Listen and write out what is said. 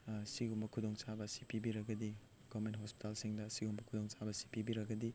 ꯑꯁꯤꯒꯨꯝꯕ ꯈꯨꯗꯣꯡꯆꯥꯕ ꯑꯁꯤ ꯄꯤꯕꯤꯔꯒꯗꯤ ꯒꯣꯕꯔꯃꯦꯟ ꯍꯣꯁꯄꯤꯇꯥꯜꯁꯤꯡꯗ ꯑꯁꯤꯒꯨꯝꯕ ꯈꯨꯗꯣꯡ ꯆꯥꯕ ꯑꯁꯤ ꯄꯤꯕꯤꯔꯒꯗꯤ